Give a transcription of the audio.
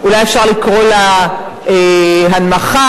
איפה המשטרה?